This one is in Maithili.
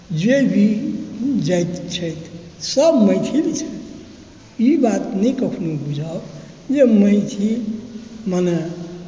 जे भी जाति छथि सभ मैथिल छथि ई बात नहि कखनो बुझब जे मैथिल मने